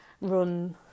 run